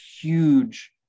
huge